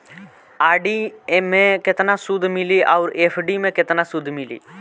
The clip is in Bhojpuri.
आर.डी मे केतना सूद मिली आउर एफ.डी मे केतना सूद मिली?